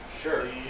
sure